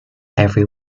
every